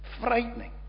frightening